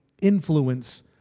influence